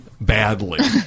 badly